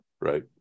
right